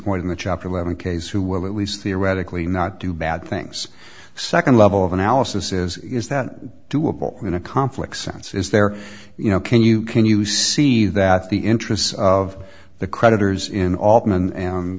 point in the chapter eleven case who will at least theoretically not do bad things second level of analysis is is that doable in a conflict sense is there you know can you can you see that the interests of the creditors in all of them and